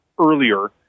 earlier